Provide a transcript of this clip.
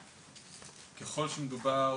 ככל שמדובר